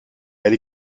elle